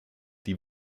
die